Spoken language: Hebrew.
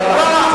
אתה לא אומר אמת.